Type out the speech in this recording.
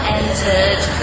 entered